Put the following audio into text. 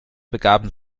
begaben